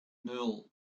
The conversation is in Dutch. nul